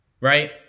right